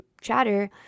chatter